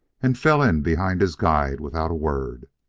and fell in behind his guide without a word.